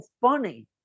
funny